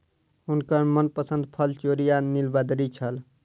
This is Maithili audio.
हुनकर मनपसंद फल चेरी आ नीलबदरी छल